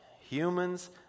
Humans